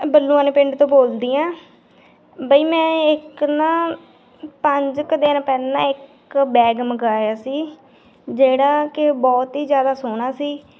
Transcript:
ਬੱਲੂਆਣੇ ਪਿੰਡ ਤੋਂ ਬੋਲਦੀ ਹਾਂ ਬਈ ਮੈਂ ਇੱਕ ਨਾ ਪੰਜ ਕੁ ਦਿਨ ਪਹਿਲਾਂ ਇੱਕ ਬੈਗ ਮੰਗਾਇਆ ਸੀ ਜਿਹੜਾ ਕਿ ਬਹੁਤ ਹੀ ਜ਼ਿਆਦਾ ਸੋਹਣਾ ਸੀ